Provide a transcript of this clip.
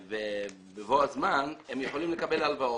ובבוא הזמן הם יכולים לקבל הלוואות.